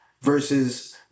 versus